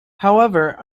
however